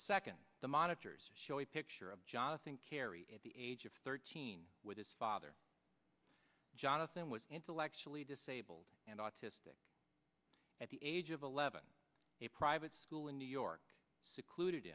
second the monitors show a picture of jonathan kerry at the age of thirteen with his father jonathan was intellectually disabled and autistic at the age of eleven a private school when new york secluded